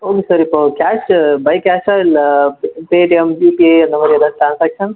okay sir இப்போது cash by கேஷ்ஷா இல்லை பே பேடிஎம் ஜீபே அந்த மாதிரி எதாது ட்ரான்ஸாக்ஷன்